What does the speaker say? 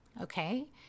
Okay